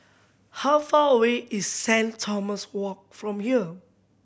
how far away is Saint Thomas Walk from here